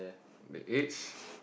the age